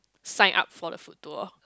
sign up for the food tour